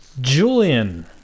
Julian